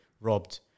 robbed